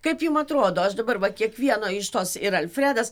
kaip jum atrodo aš dabar va kiekvieno iš tos ir alfredas